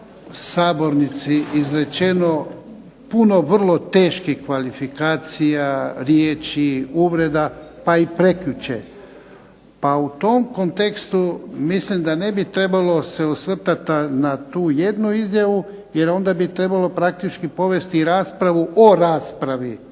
sabornici izrečeno puno vrlo teških kvalifikacija, riječi, uvreda pa i prekjučer. Pa u tom kontekstu mislim da ne bi trebalo se osvrtat na tu jednu izjavu jer onda bi trebalo praktički povesti raspravu o raspravi